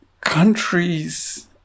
Countries